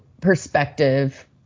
perspective